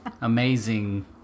amazing